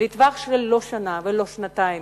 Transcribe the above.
לא לטווח של שנה ולא שנתיים,